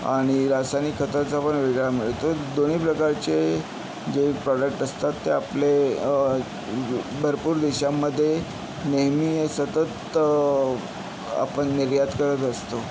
आणि रासायनिक खताचा पण वेगळा मिळतो दोन्हीप्रकारचे जे प्रॉडक्ट असतात ते आपले भरपूर देशांमध्ये नेहमी सतत आपण निर्यात करत असतो